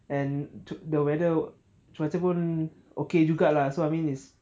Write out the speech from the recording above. and the weather cuaca pun okay juga lah so I mean it's okay you got lah so I mean it's